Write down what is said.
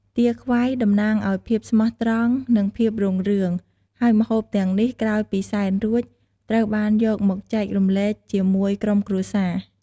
ទាខ្វៃតំណាងឱ្យភាពស្មោះត្រង់ និងភាពរុងរឿង ហើយម្ហូបទាំងនេះក្រោយពីសែនរួច ត្រូវបានយកមកចែករំលែកជាមួយក្រុមគ្រួសារ។